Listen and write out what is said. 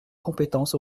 compétence